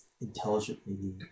intelligently